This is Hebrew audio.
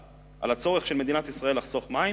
על הצורך של מדינת ישראל לחסוך מים,